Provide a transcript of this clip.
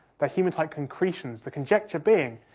they're hematite concretions, the conjecture being,